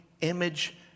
image